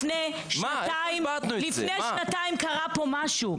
לפני שנתיים קרה פה משהו,